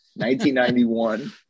1991